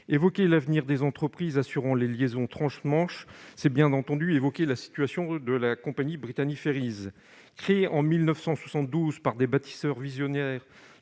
évoquer l'avenir des entreprises assurant les liaisons trans-Manche sans mentionner la situation de la compagnie Brittany Ferries. Créée en 1972 par des bâtisseurs visionnaires,